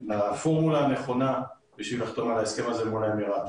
לפורמולה הנכונה כדי לחתום על ההסכם הזה מול האמיראתים.